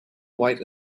white